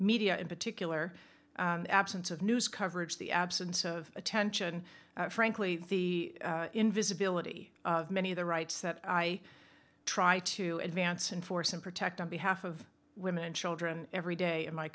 media in particular absence of news coverage the absence of attention frankly the invisibility of many of the rights that i try to advance and force and protect on behalf of women and children every day in my